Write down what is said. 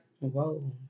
whoa